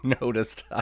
noticed